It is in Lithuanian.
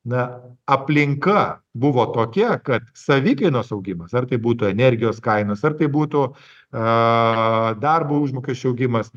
na aplinka buvo tokia kad savikainos augimas ar tai būtų energijos kainos ar tai būtų a darbo užmokesčio augimas